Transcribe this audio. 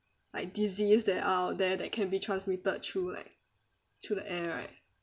like disease there are out there that can be transmitted through like through the air right